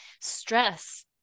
stress